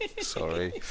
Sorry